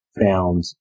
found